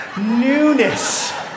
newness